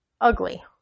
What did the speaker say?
ugly